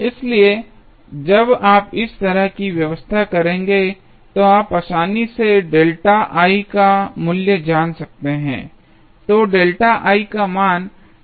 इसलिए जब आप इस तरह की व्यवस्था करेंगे तो आप आसानी से का मूल्य जान सकते हैं